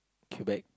quebec